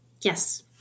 Yes